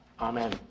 Amen